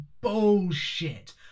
bullshit